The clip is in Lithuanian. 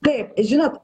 taip žinot